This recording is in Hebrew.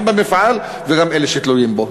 גם במפעל וגם אלה שתלויים בו.